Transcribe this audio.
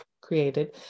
created